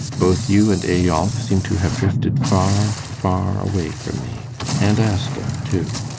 both you and eyolf seemed to have drifted far, far away from me and asta, too.